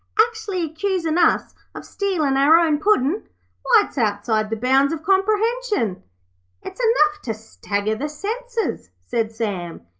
actually accusin' us of stealin' our own puddin'. why, it's outside the bounds of comprehension it's enough to stagger the senses said sam.